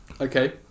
Okay